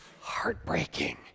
heartbreaking